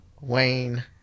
Wayne